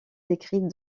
décrite